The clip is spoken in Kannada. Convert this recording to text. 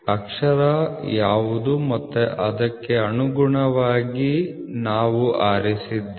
ಅಕ್ಷರ ಯಾವುದು ಮತ್ತು ಅದಕ್ಕೆ ಅನುಗುಣವಾಗಿ ನಾವು ಆರಿಸಿದ್ದೇವೆ